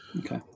Okay